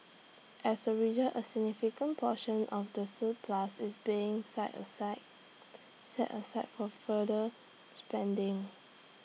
as A result A significant portion of the surplus is being set aside set aside for further spending